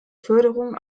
förderung